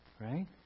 Right